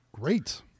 great